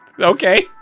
okay